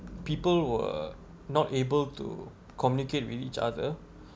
people were not able to communicate with each other